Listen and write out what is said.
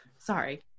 Sorry